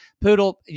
Poodle